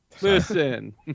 Listen